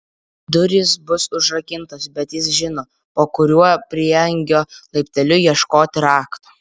durys bus užrakintos bet jis žino po kuriuo prieangio laipteliu ieškoti rakto